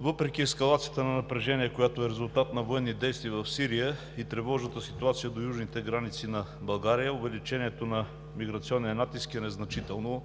Въпреки ескалацията на напрежение, резултат от военни действия в Сирия и тревожната ситуация до южните граници на България, увеличението на миграционния натиск е незначително